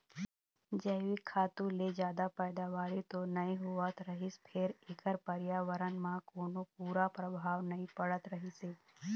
जइविक खातू ले जादा पइदावारी तो नइ होवत रहिस फेर एखर परयाबरन म कोनो बूरा परभाव नइ पड़त रहिस हे